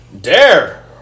Dare